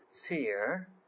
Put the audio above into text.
fear